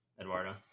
Eduardo